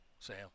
Sam